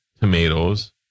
tomatoes